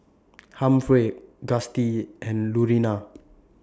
Humphrey Gustie and Lurena